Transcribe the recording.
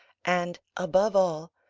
and, above all,